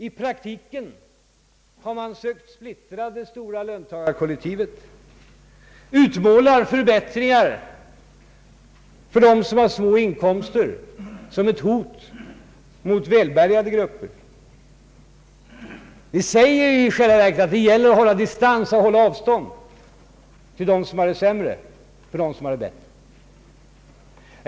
I praktiken har man sökt splittra det stora löntagarkollektivet, utmåla förbättringar för dem med små inkomster som ett hot mot välbärgade grupper. Ni säger ju i själva verket att det gäller att hålla distans till dem som har det sämre.